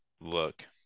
look